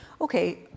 okay